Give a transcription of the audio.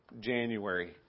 January